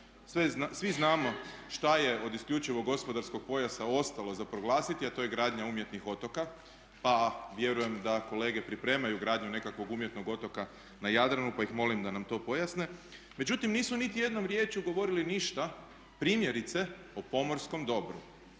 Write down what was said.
Svi znamo šta je od isključivog gospodarskog poja ostalo za proglasiti, a to je gradnja umjetnih otoka, pa vjerujem da kolege pripremaju gradnju nekakvog umjetnog otoka na Jadranu pa ih molim da nam to pojasne. Međutim, nisu niti jednom riječju govorili ništa primjerice o pomorskom dobru.